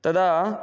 तदा